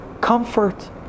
comfort